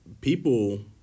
people